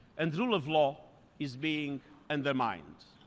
and the rule of law is being undermined.